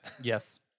Yes